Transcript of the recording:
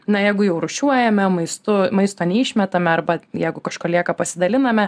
na jeigu jau rūšiuojame maistu maisto neišmetame arba jeigu kažko lieka pasidaliname